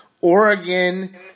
Oregon